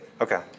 okay